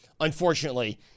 unfortunately